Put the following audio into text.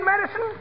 medicine